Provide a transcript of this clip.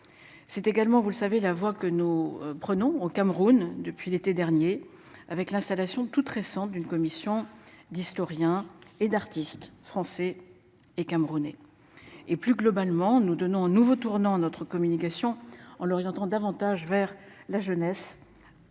C'est également, vous le savez la voie que nous prenons au Cameroun depuis l'été dernier avec l'installation toute récente d'une commission d'historiens et d'artistes français. Et camerounais et plus globalement, nous donnons un nouveau tournant notre communication en l'orientant davantage vers la jeunesse